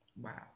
Wow